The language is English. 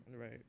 Right